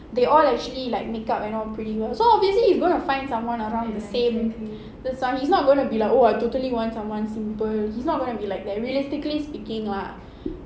they all actually like make up and all pretty well so obviously he's gonna find someone around the same he's not gonna be like oh I totally want someone simple he is not gonna be like that realistically speaking lah